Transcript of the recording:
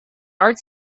art